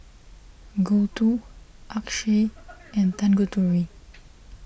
Gouthu Akshay and Tanguturi